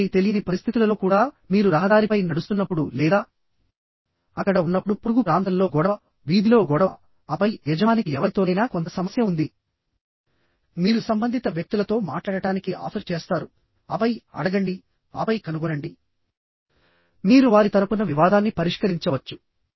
ఆపై తెలియని పరిస్థితులలో కూడా మీరు రహదారిపై నడుస్తున్నప్పుడు లేదా అక్కడ ఉన్నప్పుడు పొరుగు ప్రాంతంలో గొడవ వీధిలో గొడవ ఆపై యజమానికి ఎవరితోనైనా కొంత సమస్య ఉంది మీరు సంబంధిత వ్యక్తులతో మాట్లాడటానికి ఆఫర్ చేస్తారు ఆపై అడగండి ఆపై కనుగొనండి మీరు వారి తరపున వివాదాన్ని పరిష్కరించవచ్చు